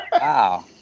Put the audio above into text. Wow